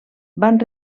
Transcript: van